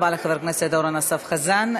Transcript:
תודה רבה לחבר הכנסת אורן אסף חזן.